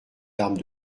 larmes